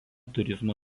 turizmo